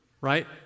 right